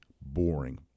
boring